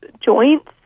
joints